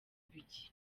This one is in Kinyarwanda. biki